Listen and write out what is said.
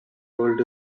world